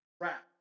rap